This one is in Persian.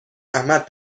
احمد